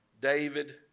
David